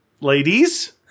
Ladies